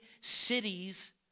cities